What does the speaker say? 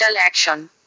action